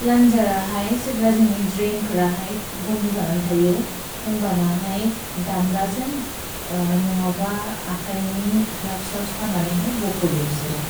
प्लन् जर है सिप्ल जिन्ग्नि द्रेइन् कद है बुन्दु जनन्तैये, हुम्ब न है दन्द जिन्ग् नुन्गोब अखैनि ग्लव्सव्स्क नने है बोको ये बेसेरे।